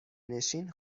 نشین